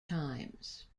times